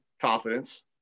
confidence